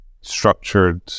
structured